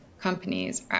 companies